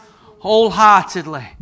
wholeheartedly